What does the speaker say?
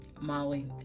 Molly